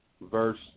verse